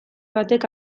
batek